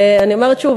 ואני אומרת שוב,